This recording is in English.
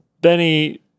Benny